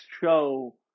show